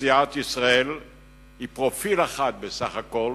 אוכלוסיית ישראל היא פרומיל אחד בסך הכול